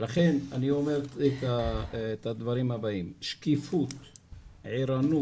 לכן, אני אומר את הדברים הבאים-שקיפות, ערנות,